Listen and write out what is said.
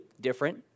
different